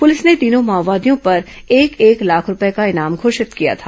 police ने तीनों माओवादियों पर एक एक लाख रूपये का इनाम घोषित किया था